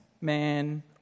man